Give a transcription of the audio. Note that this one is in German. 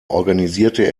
organisierte